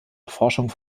erforschung